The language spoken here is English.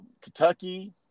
Kentucky